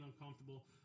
uncomfortable